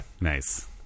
Nice